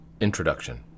Introduction